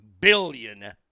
billion